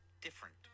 different